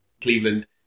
Cleveland